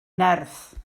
nerth